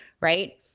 right